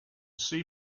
sea